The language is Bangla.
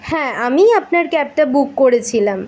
হ্যাঁ আমিই আপনার ক্যাবটা বুক করেছিলাম